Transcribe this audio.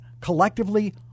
collectively